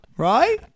Right